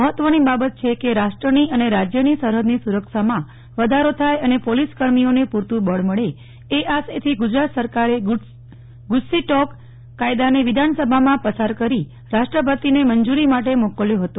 મહત્વની બાબત છે કે રાષ્ટ્રની અને રાજ્યની સરહદની સુરક્ષામાં વધારો થાય અને પોલીસ કર્મીઓને પુરતું બળ મળે એ આશયથી ગુજરાત સરકારે ગુજસીટોક કાયદાને વિધાનસભામાં પસાર કરી રાષ્ટ્રપતિને મંજુરી માટે મોકલ્યો હતો